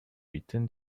return